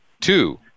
two